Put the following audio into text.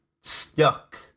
stuck